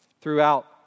throughout